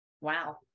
Wow